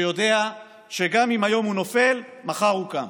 שיודע שגם אם היום הוא נופל, מחר הוא קם.